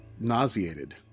nauseated